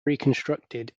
reconstructed